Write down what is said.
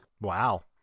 Wow